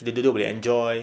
kita dua-dua boleh enjoy